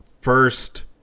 first